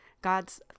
God's